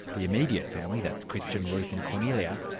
the immediate family, that's christian, ruth and kornelia,